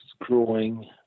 growing